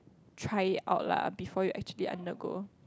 try it out lah before you actually undergo